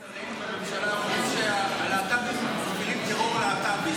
חלק מהשרים בממשלה אומרים שהלהט"בים מפעילים טרור להט"בי.